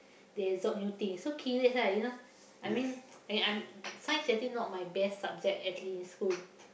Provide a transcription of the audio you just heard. they absorb new things so curious ah you know I mean I'm I'm science actually not my best subject actually in school